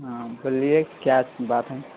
ہاں بولیے کیا بات ہے